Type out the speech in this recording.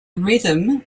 rhythm